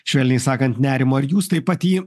švelniai sakant nerimo ar jūs taip pat jį